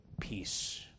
peace